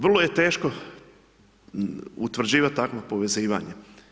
Vrlo je teško utvrđivati takvo povezivanje.